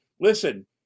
listen